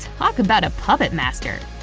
talk about a puppet master.